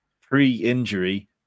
pre-injury